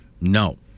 no